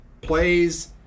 plays